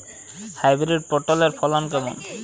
Hybrid পটলের ফলন কেমন?